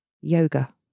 yoga